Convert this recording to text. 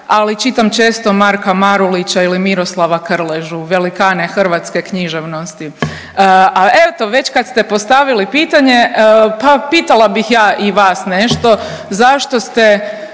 ali čitam često Marka Marulića ili Miroslava Krležu velikane hrvatske književnosti. A eto već kad ste postavili pitanje pa pitala bih i ja vas nešto. Zašto ste